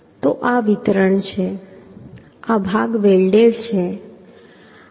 તો આ વિતરણ છે આ ભાગ વેલ્ડેડ છે